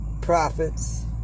prophets